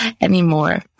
anymore